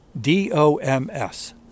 D-O-M-S